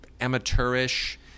amateurish